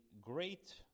great